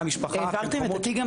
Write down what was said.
מהמשפחה --- העברתם את התיק?